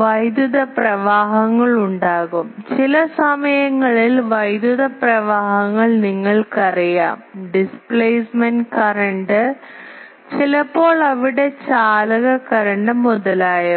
വൈദ്യുത പ്രവാഹങ്ങൾ ഉണ്ടാകും ചില സമയങ്ങളിൽ വൈദ്യുത പ്രവാഹങ്ങൾ നിങ്ങൾക്കറിയാം ഡിസ്പ്ലേസ്മെന്റ് കറന്റ് ചിലപ്പോൾ അവിടെ ചാലക കറന്റ് മുതലായവ